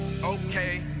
Okay